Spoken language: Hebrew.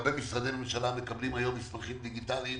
הרבה משרדי ממשלה מקבלים היום מסמכים דיגיטליים